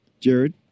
Jared